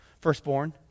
firstborn